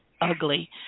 ugly